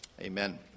Amen